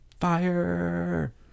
Fire